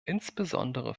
insbesondere